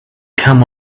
come